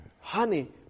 honey